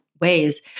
ways